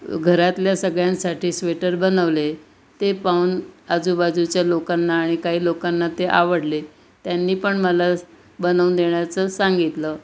घरातल्या सगळ्यांसाठी स्वेटर बनवले ते पाहून आजूबाजूच्या लोकांना आणि काही लोकांना ते आवडले त्यांनी पण मला बनवून देण्याचं सांगितलं